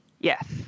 Yes